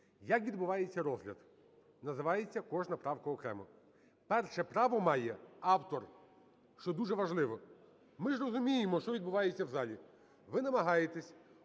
Як відбувається розгляд? Називається кожна правка окремо. Перше право має автор, що дуже важливо. Ми ж розуміємо, що відбуваєтеся в залі: ви намагаєтесь